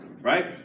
Right